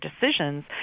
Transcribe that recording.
decisions